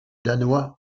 danois